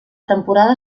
temporada